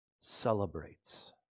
celebrates